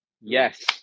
Yes